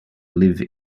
live